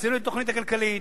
כשעשינו את התוכנית הכלכלית